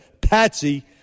Patsy